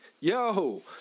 yo